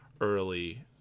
early